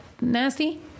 nasty